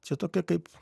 čia tokia kaip